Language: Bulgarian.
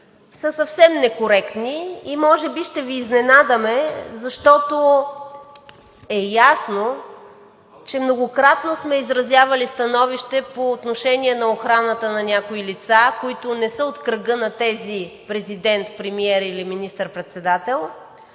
са съвсем некоректни и може би ще Ви изненадаме, защото е ясно, че многократно сме изразявали становище по отношение на охраната на някои лица, които не са от кръга на тези – президент, премиер или министър-председател,